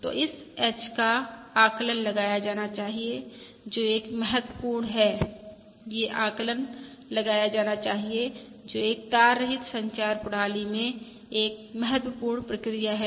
तो इस h का आकलन लगाया जाना चाहिए जो एक महत्वपूर्ण है यह आकलन लगाया जाना चाहिए जो एक तार रहित संचार प्रणाली में एक महत्वपूर्ण प्रक्रिया है